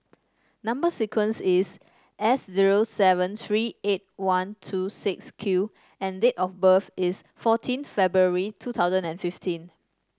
number sequence is S zero seven three eight one two six Q and date of birth is fourteenth February two thousand and fifteen